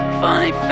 funny